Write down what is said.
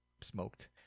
smoked